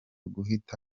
guhiga